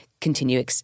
continue